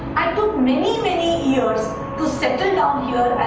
i took many many years to settle down here